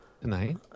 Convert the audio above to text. Tonight